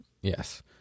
Yes